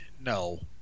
No